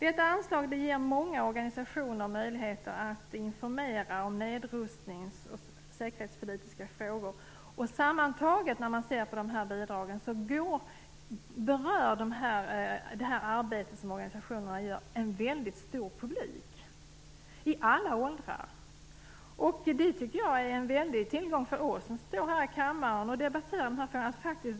Detta anslag ger många organisationer möjligheter att informera om nedrustningsfrågor och säkerhetspolitiska frågor. När man ser på de här bidragen sammantaget, berör det arbete som dessa organisationer gör en väldigt stor publik i alla åldrar. Jag tycker att det är en väldig tillgång för oss som står här i kammaren och debatterar dessa frågor.